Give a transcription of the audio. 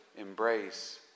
embrace